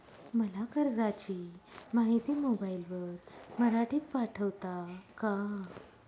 मला कर्जाची माहिती मोबाईलवर मराठीत पाठवता का?